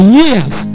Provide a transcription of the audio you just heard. years